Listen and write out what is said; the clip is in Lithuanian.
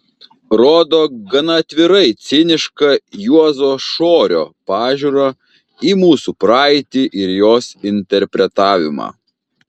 rodo gana atvirai cinišką juozo šorio pažiūrą į mūsų praeitį ir jos interpretavimą